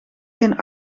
geen